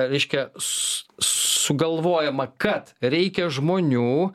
reiškia s sugalvojama kad reikia žmonių